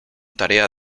tarea